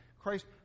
Christ